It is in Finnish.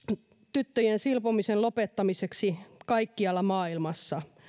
tyttöjen silpomisen lopettamiseksi kaikkialla maailmassa